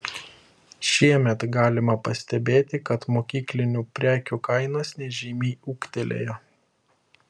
šiemet galima pastebėti kad mokyklinių prekių kainos nežymiai ūgtelėjo